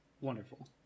wonderful